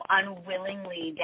unwillingly